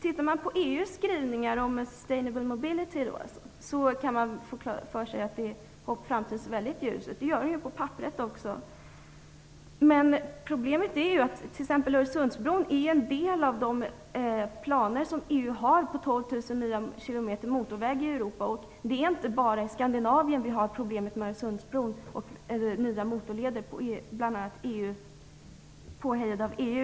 Tittar man på EU:s skrivningar om sustainable mobility kan man få intrycket att framtiden ser väldigt ljus ut. Det gör den på papperet. Men problemet är att exempelvis Öresundsbron är en del av de planer som EU har på 12 000 km nya motorvägar i Europa. Och det är inte bara i Skandinavien som vi har problem med nya motorleder, påhejade av EU.